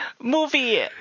movie